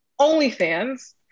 OnlyFans